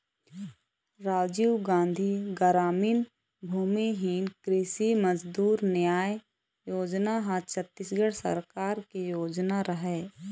राजीव गांधी गरामीन भूमिहीन कृषि मजदूर न्याय योजना ह छत्तीसगढ़ सरकार के योजना हरय